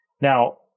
Now